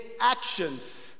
actions